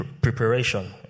preparation